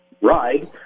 ride